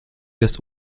des